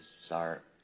start